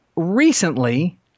Recently